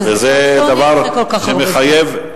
וזה דבר שמחייב,